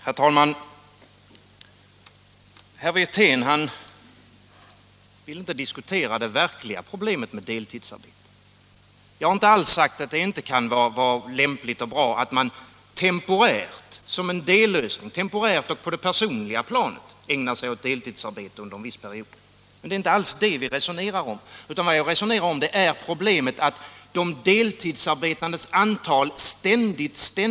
Herr talman! Herr Wirtén vill inte diskutera det verkliga problemet med deltidsarbete. Jag har inte alls sagt att det inte kan vara lämpligt och bra att man såsom en dellösning temporärt och på det personliga planet ägnar sig åt deltidsarbete under en viss period. Men det är inte detta vi resonerar om utan problemet att de deltidsarbetandes antal ständigt ökar.